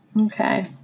Okay